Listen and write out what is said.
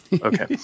Okay